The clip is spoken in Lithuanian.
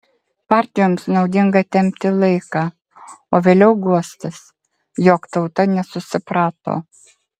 partijoms naudinga tempti laiką o vėliau guostis jog tauta nesusiprato